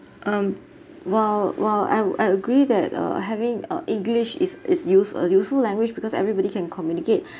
um while while I would I agree that uh having uh english is is used a useful language because everybody can communicate